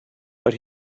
but